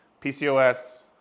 PCOS